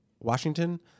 Washington